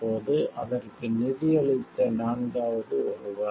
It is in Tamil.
இப்போது அதற்கு நிதியளித்த நான்காவது ஒருவர்